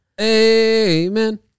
amen